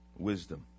wisdom